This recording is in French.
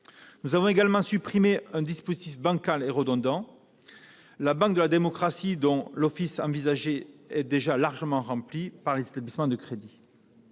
Nous avons également supprimé un dispositif bancal et redondant, la « Banque de la démocratie », dont l'office envisagé est déjà largement rempli par les établissements de crédit.